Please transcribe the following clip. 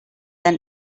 than